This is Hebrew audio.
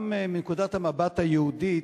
גם מנקודת המבט היהודית,